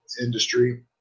industry